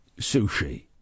sushi